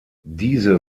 diese